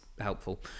helpful